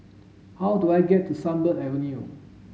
how do I get to Sunbird Avenue